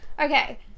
Okay